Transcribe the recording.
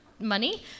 Money